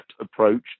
approach